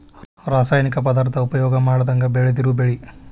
ರಾಸಾಯನಿಕ ಪದಾರ್ಥಾ ಉಪಯೋಗಾ ಮಾಡದಂಗ ಬೆಳದಿರು ಬೆಳಿ